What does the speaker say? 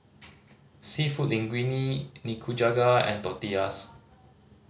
Seafood Linguine Nikujaga and Tortillas